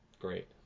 great